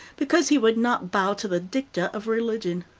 because he would not bow to the dicta of religion.